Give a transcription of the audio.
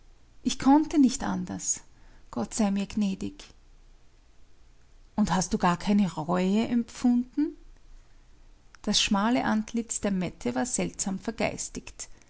ich konnte nicht anders gott sei mir gnädig und du hast gar keine reue empfunden das schmale antlitz der mette war seltsam